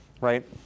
right